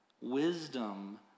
wisdom